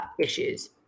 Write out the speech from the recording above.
issues